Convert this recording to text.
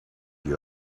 you